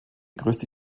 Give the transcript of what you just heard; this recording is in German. größte